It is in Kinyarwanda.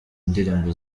ndirimbo